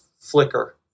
flicker